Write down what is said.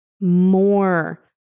more